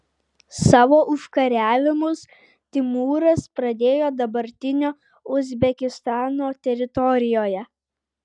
savo užkariavimus timūras pradėjo dabartinio uzbekistano teritorijoje